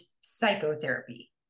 psychotherapy